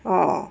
ah